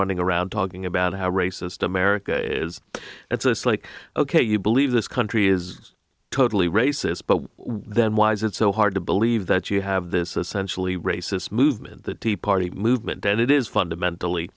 running around talking about how racist america is and so it's like ok you believe this country is totally racist but then why is it so hard to believe that you have this essential the racist movement the tea party movement that it is fundamentally